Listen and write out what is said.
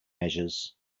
measures